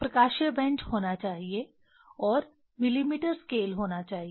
प्रकाशीय बेंच होना चाहिए और मिलीमीटर स्केल होना चाहिए